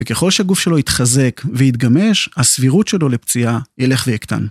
וככל שהגוף שלו יתחזק והתגמש, הסבירות שלו לפציעה ילך ויקטן.